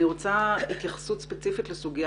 אני רוצה התייחסות ספציפית לסוגיה